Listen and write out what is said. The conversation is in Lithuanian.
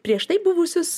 prieš tai buvusius